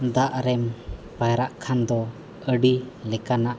ᱫᱟᱜᱨᱮᱢ ᱯᱟᱭᱨᱟᱜ ᱠᱷᱟᱱ ᱫᱚ ᱟᱹᱰᱤ ᱞᱮᱠᱟᱱᱟᱜ